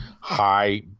high